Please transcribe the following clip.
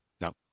no